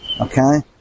Okay